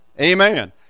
Amen